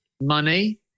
Money